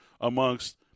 amongst